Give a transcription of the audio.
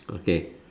okay